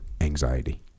anxiety